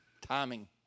Timing